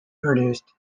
produced